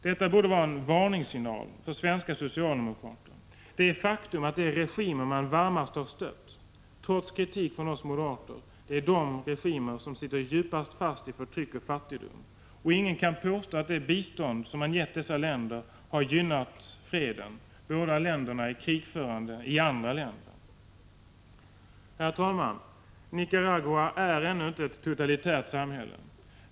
Det borde vara en varningssignal för svenska socialdemokrater att de regimer man varmast har stött, trots kritik från oss moderater, är de regimer som sitter djupast fast i förtryck och fattigdom. Ingen kan påstå att det bistånd man gett dessa länder har gynnat freden. Båda länderna är krigförande i andra länder. Herr talman! Nicaragua är ännu inte ett totalitärt samhälle.